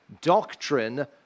Doctrine